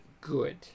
good